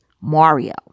Mario